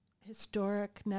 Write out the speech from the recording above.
historic